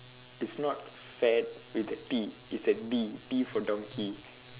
is not fad with a T it's a D D for donkey